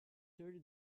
thirty